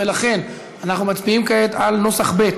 ולכן אנחנו מצביעים כעת על נוסח ב'